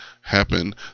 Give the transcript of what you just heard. happen